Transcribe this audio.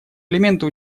элементы